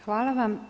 Hvala.